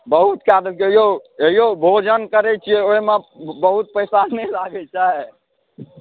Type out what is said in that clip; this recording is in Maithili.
बहुत चार्ज छै यौ भोजन करै छी यौ ओहिमे बहुत पैसा नहि लागै छै